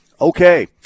Okay